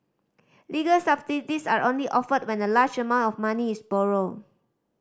legal subsidies are only offered when a large amount of money is borrowed